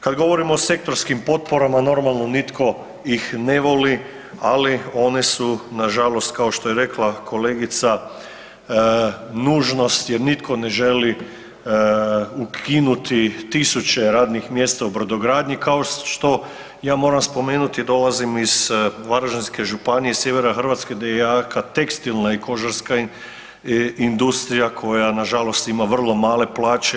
Kada govorimo o sektorskim potporama, normalno niko ih ne voli, ali one su nažalost kao što je rekla kolegica nužnost jel nitko ne želi ukinuti tisuće radnih mjesta u brodogradnji, kao što ja moram spomenuti dolazim iz Varaždinske županije, Sjevera Hrvatske gdje je jaka tekstilna i kožarska industrija koja nažalost ima vrlo male plaće.